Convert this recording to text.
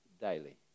daily